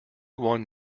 one